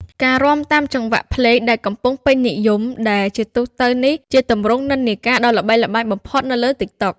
ការរាំតាមចង្វាក់ភ្លេងដែលកំពុងពេញនិយមដែលជាទូទៅ នេះជាទម្រង់និន្នាការដ៏ល្បីល្បាញបំផុតនៅលើ TikTok។